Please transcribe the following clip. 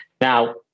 Now